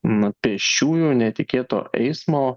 na pėsčiųjų netikėto eismo